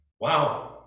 Wow